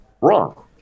wrong